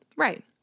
Right